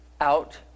out